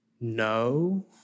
no